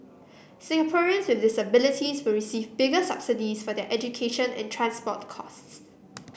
Singaporeans with disabilities will receive bigger subsidies for their education and transport costs